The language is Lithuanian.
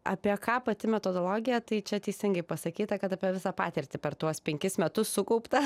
apie ką pati metodologija tai čia teisingai pasakyta kad apie visą patirtį per tuos penkis metus sukaupta